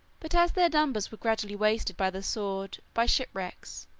but as their numbers were gradually wasted by the sword, by shipwrecks,